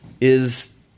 Is